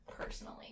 personally